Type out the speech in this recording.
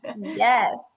Yes